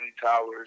Towers